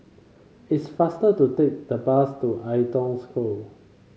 it's faster to take the bus to Ai Tong School